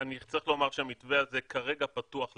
אני צריך לומר שהמתווה הזה כרגע פתוח לישראלים,